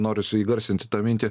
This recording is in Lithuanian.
norisi įgarsinti tą mintį